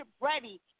ready